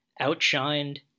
Outshined